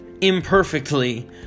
imperfectly